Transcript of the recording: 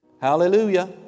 Hallelujah